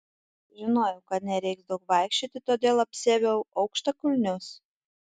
žinojau kad nereiks daug vaikščioti todėl apsiaviau aukštakulnius